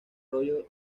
rollo